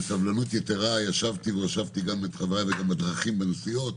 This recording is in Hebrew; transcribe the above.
בסבלנות יתרה ישבתי והושבתי גם את חבריי וגם בדרכים בנסיעות,